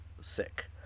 sick